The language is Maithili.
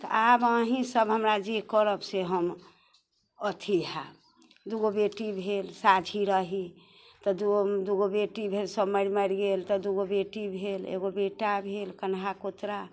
तऽ आब अहीँसभ हमरा जे करब से हम अथी होयब दू गो बेटी भेल साझी रही तऽ दू दू गो बेटी भेल सभ मरि मरि गेल तऽ दू गो बेटी भेल एगो बेटा भेल कन्हा कोतरा